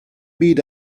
byd